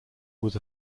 was